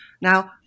Now